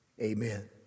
Amen